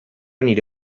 nire